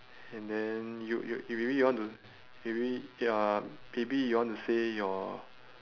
and then you you you really want to you really ya maybe you want to say your